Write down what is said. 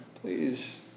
please